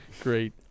Great